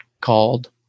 called